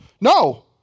No